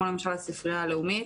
כמו למשל הספרייה הלאומית,